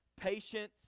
patience